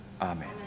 Amen